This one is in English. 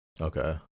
Okay